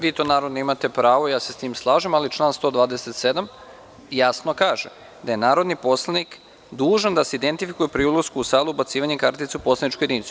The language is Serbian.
Vi na to imate pravo, ja se sa tim slažem, ali član 127. jasno kaže – da je narodni poslanik dužan da se identifikuje pri ulasku u salu, ubacivanjem kartice u poslaničku jedinicu.